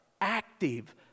active